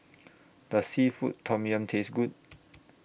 Does Seafood Tom Yum Taste Good